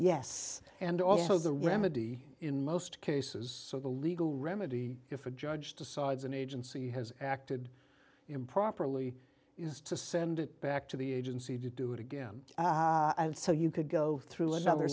yes and also the remedy in most cases so the legal remedy if a judge decides an agency has acted improperly is to send it back to the agency to do it again and so you could go through another